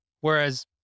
whereas